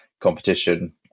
competition